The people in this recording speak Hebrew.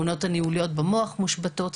האונות הניהוליות במוח מושבתות.